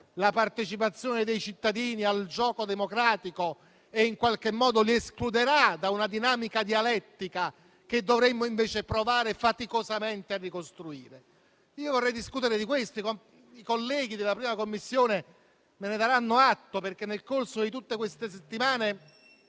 la partecipazione dei cittadini al gioco democratico e in qualche modo li escluderà da una dinamica dialettica che dovremmo invece provare faticosamente a ricostruire? Vorrei discutere di questo e i colleghi della 1a Commissione me ne daranno atto, perché nel corso di tutte queste settimane